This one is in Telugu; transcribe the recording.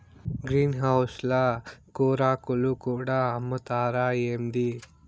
గ్రీన్ హౌస్ ల కూరాకులు కూడా అమ్ముతారా ఏంది